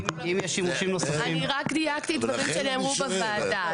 אני רק דייקתי דברים שנאמרו בוועדה,